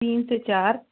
तीन से चार